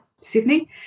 Sydney